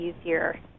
easier